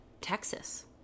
Texas